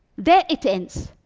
there it ends.